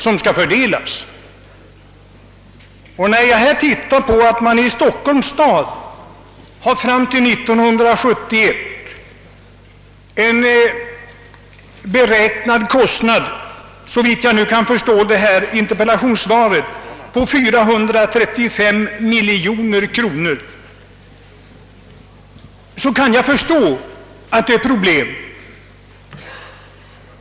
När jag av interpellationssvaret ser att Stockholms stad fram till 1971 för detta ändamål har en beräknad kostnad på 4335 miljoner kronor, kan jag förstå att det finns problem.